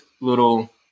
little